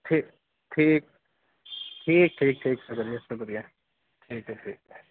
ٹھیک ٹھیک ٹھیک ٹھیک ٹھیک شُکریہ شُکریہ ٹھیک ہے ٹھیک ہے